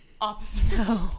opposite